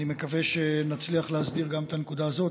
אני מקווה שנצליח להסדיר גם את הנקודה הזאת.